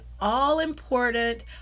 all-important